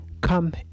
come